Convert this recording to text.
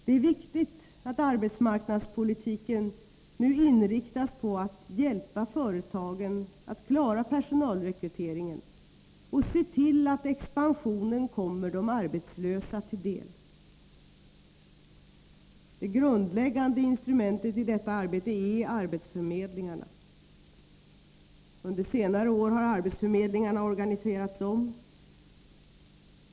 Det är viktigt att arbetmarknadspolitiken nu inriktas på att hjälpa företagen att klara personalrekryteringen och se till att expansionen kommer de arbetslösa till del. Det grundläggande instrumentet i detta arbete är arbetsförmedlingarna. Under senare år har arbetsförmedlingarna organiserats om.